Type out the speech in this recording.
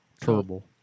Terrible